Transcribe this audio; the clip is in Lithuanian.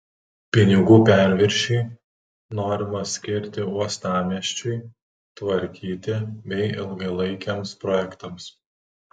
pinigų perviršį norima skirti uostamiesčiui tvarkyti bei ilgalaikiams projektams